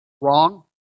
wrong